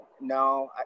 no